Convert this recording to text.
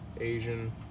Asian